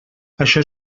això